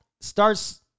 starts